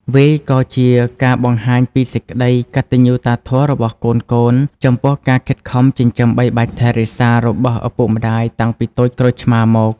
វាក៏ជាការបង្ហាញពីសេចក្ដីកតញ្ញូតាធម៌របស់កូនៗ ចំពោះការខិតខំចិញ្ចឹមបីបាច់ថែរក្សារបស់ឪពុកម្ដាយតាំងពីតូចក្រូចឆ្មារមក។